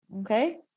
Okay